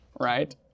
right